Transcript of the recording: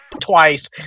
twice